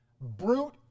Brute